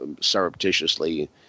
Surreptitiously